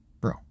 bro